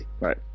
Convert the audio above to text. Right